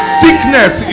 sickness